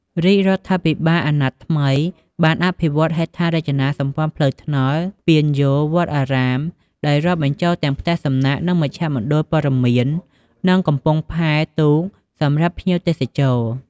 រាជរដ្ឋាភិបាលអណត្តិថ្មីបាន អភិវឌ្ឍន៍ហេដ្ឋារចនាសម្ព័ន្ធផ្លូវថ្នល់ ស្ពានយោល វត្តអារាម ដោយរាប់បញ្ចូលទាំងផ្ទះសំណាក់ មជ្ឈមណ្ឌលព័ត៌មាន និងកំពង់ផែទូកសម្រាប់ភ្ញៀវទេសចរ។